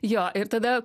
jo ir tada